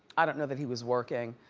i don't know that he was working.